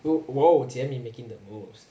wo~ !whoa! jie min making the moves